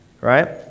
Right